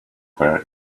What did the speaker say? where